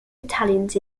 battalions